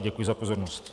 Děkuji za pozornost.